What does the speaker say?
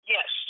Yes